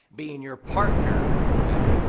being your partner. now,